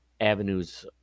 avenues